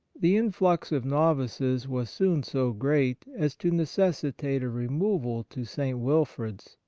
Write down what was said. the influx of novices was soon so great as to necessitate a removal to st. wilfrid's,